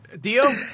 deal